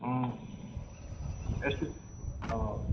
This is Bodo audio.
उम एसे औ